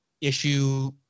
issue